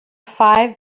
five